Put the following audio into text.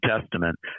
Testament